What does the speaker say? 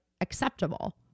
acceptable